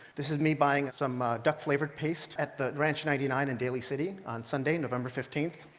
this is me buying some duck flavored paste at the ranch ninety nine in daly city on sunday, november fifteenth.